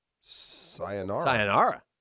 Sayonara